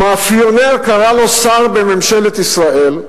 "מאפיונר" קרא לו שר בממשלת ישראל.